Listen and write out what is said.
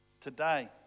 today